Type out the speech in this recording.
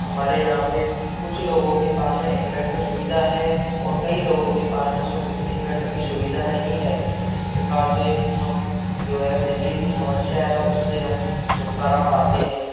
हमारे यहाँ पर कुछ लोगों के पास में इनवेटर सुविधा है और कई लोगों के पास में सब इनवेटर की सुविधा नहीं है इस प्रकार से हम जो है बिजली की समस्या है उससे हम छुटकारा पाते हैं